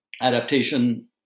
adaptation